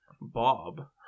Bob